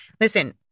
Listen